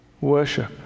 worship